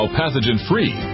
pathogen-free